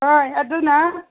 ꯍꯣꯏ ꯑꯗꯨꯅ